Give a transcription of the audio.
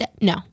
No